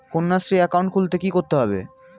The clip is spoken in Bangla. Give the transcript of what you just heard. কন্যাশ্রী একাউন্ট খুলতে কী করতে হবে?